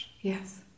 Yes